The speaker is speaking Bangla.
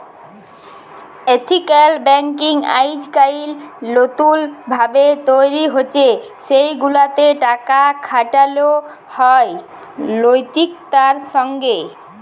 এথিক্যাল ব্যাংকিং আইজকাইল লতুল ভাবে তৈরি হছে সেগুলাতে টাকা খাটালো হয় লৈতিকতার সঙ্গে